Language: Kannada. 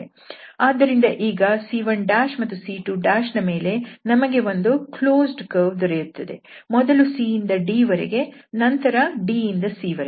ಆದ್ದರಿಂದ ಈಗ C1' ಮತ್ತು C2 ನ ಮೇಲೆ ನಮಗೆ ಒಂದು ಕ್ಲೋಸ್ಡ್ ಕರ್ವ್ ದೊರೆಯುತ್ತದೆ ಮೊದಲು c ಇಂದ d ವರೆಗೆ ನಂತರ d ಇಂದ c ವರೆಗೆ